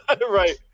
Right